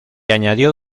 añadió